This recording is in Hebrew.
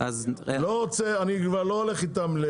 אני כבר לא הולך איתם,